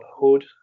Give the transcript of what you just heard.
Hood